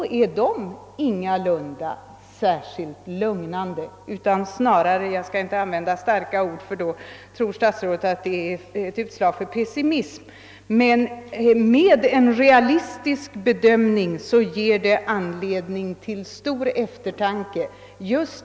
Detta är ingalunda särskilt lugnande, utan ger snarare — jag skall inte använda starka ord, då tror herr statsrådet att det är ett utslag av pessimism — med en realistisk bedömning anledning till stor eftertanke.